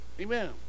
Amen